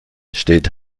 steht